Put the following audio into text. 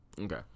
Okay